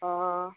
অঁ